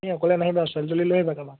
তুমি অকলে নাহিবা ছোৱালী তোৱালী লৈ আহিবা কাৰোবাক